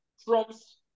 trumps